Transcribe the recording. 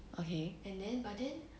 okay